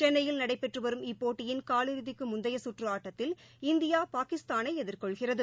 சென்னையில் நடைபெற்றுவரும் இப்போட்டியன் காலிறுதிக்குமுந்தையகற்றுஆட்டத்தில் இந்தியா பாகிஸ்தானைஎதிர்கொள்கிறது